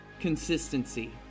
Consistency